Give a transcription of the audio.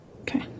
Okay